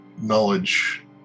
knowledge